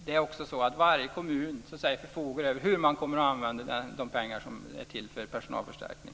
Det är också så att varje kommun bestämmer över hur man kommer att använda de pengar som är till personalförstärkning.